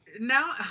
now